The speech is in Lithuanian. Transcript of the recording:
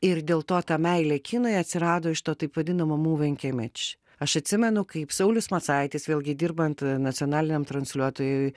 ir dėl to ta meilė kinui atsirado iš to taip vadinamo moving image aš atsimenu kaip saulius macaitis vėlgi dirbant nacionaliniam transliuotojuj